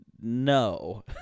no